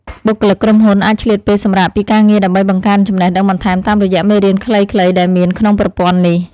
បុគ្គលិកក្រុមហ៊ុនអាចឆ្លៀតពេលសម្រាកពីការងារដើម្បីបង្កើនចំណេះដឹងបន្ថែមតាមរយៈមេរៀនខ្លីៗដែលមានក្នុងប្រព័ន្ធនេះ។